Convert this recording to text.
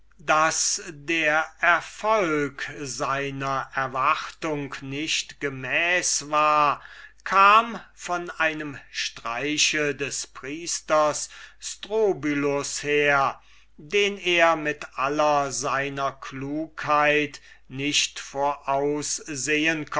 daß der erfolg seiner erwartung nicht gemäß war kam von einem streich des priesters strobylus her den er mit aller seiner klugheit nicht